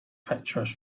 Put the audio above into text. treacherous